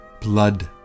blood